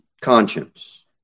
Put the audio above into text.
conscience